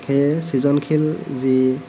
সেইয়ে সৃজনশীল যি